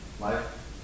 life